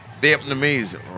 Vietnamese